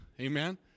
Amen